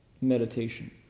meditation